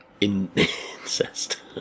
incest